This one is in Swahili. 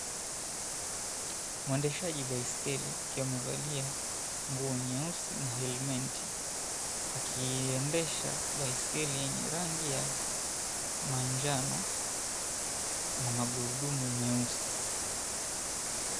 Mwendeshaji baiskeli akiwa amevalia nguo nyeusi na helmeti. Akiiendesha baiskeli ya rangi ya manjano na magurudumu meusi.